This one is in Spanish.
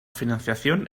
financiación